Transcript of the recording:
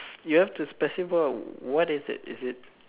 you have specify what is it is it